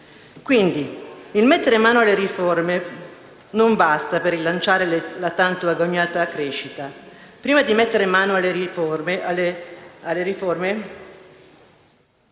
Quindi, mettere mano alle riforme non basta per rilanciare la tanto agognata crescita. Prima di mettere mano alle regole